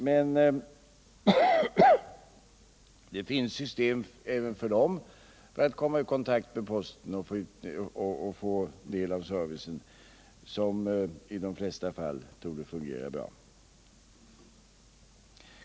Men det finns system som gör det möjligt även för dem att komma i kontakt med posten och få del av servicen, system som i de flesta fall torde fungera bra.